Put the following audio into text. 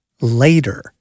later